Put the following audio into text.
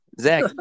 Zach